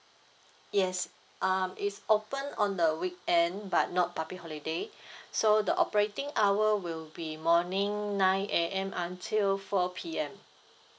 yes um it's open on the weekend but not public holiday so the operating hour will be morning nine A_M until four P_M